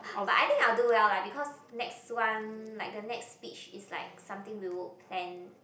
but I think I will do well lah because next one like the next speech is like something we will plan